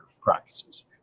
practices